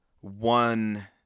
one